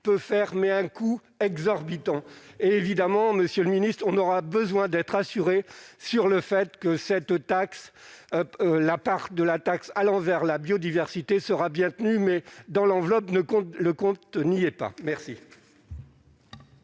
peut fermer un coût exorbitant, évidemment, Monsieur le Ministre, on aura besoin d'être rassurés sur le fait que cette taxe, la part de la taxe à l'envers, la biodiversité, sera bientôt, mais dans l'enveloppe ne compte, le compte n'y est pas merci.